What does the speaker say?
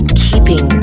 keeping